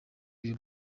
your